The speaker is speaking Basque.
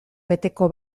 beteko